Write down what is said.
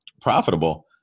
profitable